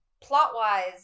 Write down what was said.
plot-wise